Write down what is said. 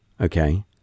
okay